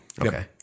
Okay